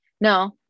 No